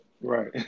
right